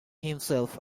himself